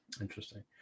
Interesting